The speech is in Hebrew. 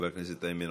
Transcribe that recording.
חבר הכנסת איימן